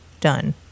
done